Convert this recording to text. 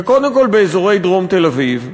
וקודם כול באזורי דרום תל-אביב,